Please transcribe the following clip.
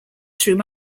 through